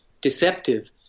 deceptive